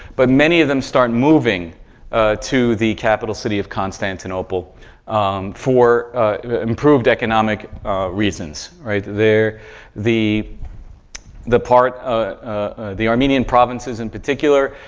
but many of them start moving to the capital city of constantinople for improved economic reasons, right? the the part ah the armenian provinces, in particular,